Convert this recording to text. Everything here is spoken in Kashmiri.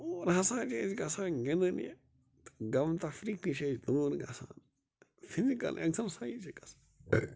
اور ہسا چھِ أسۍ گژھان گِنٛدٕنہِ تہٕ غم تفری تہِ چھِ اَسہِ دوٗر گژھان فِزِکٕل ایٚکزرسایِز چھِ گژھان